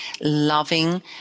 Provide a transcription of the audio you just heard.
loving